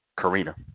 Karina